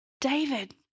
David